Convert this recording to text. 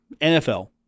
NFL